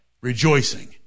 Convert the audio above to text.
Rejoicing